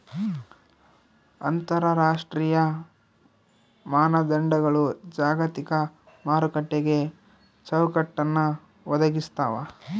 ಅಂತರರಾಷ್ಟ್ರೀಯ ಮಾನದಂಡಗಳು ಜಾಗತಿಕ ಮಾರುಕಟ್ಟೆಗೆ ಚೌಕಟ್ಟನ್ನ ಒದಗಿಸ್ತಾವ